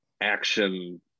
action